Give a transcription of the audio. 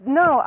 no